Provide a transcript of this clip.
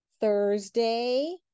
Thursday